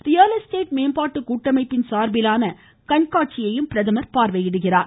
real estate மேம்பாட்டு கூட்டமைப்பின் சார்பிலான கண்காட்சியையும் பிரதமர் பார்வையிடுகிறார்